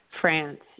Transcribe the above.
France